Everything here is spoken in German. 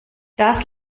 das